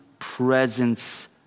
presence